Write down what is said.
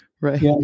Right